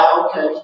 okay